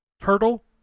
turtle